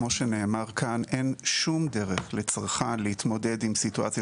כמו שנאמר כאן אין שום דרך לצרכן להתמודד עם סיטואציה